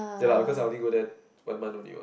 ya lah cause I only go there one month only one